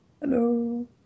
Hello